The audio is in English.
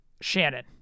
Shannon